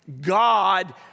God